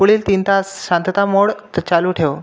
पुढील तीन तास शांतता मोडच चालू ठेव